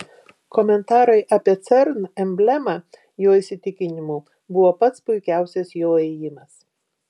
komentarai apie cern emblemą jo įsitikinimu buvo pats puikiausias jo ėjimas